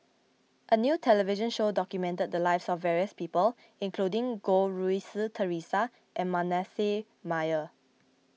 a new television show documented the lives of various people including Goh Rui Si theresa and Manasseh Meyer